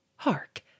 Hark